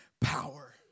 power